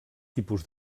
tipus